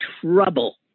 trouble